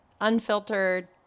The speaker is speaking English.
unfiltered